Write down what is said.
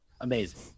Amazing